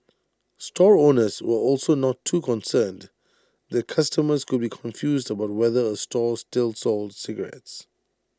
store owners were also not too concerned that customers would be confused about whether A store still sold cigarettes